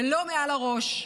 ולא מעל הראש.